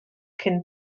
cyn